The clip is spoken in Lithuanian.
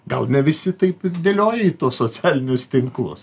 gal ne visi taip dėlioja į tuos socialinius tinklus